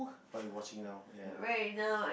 what you watching now ya